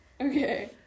okay